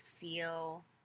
feel